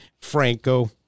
franco